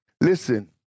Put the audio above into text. Listen